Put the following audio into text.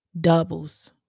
doubles